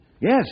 Yes